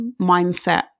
mindset